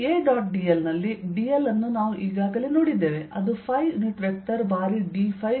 A dot dl ನಲ್ಲಿ dl ಅನ್ನು ನಾವು ಈಗಾಗಲೇ ನೋಡಿದ್ದೇವೆಅದು ಯುನಿಟ್ ವೆಕ್ಟರ್ ಬಾರಿ d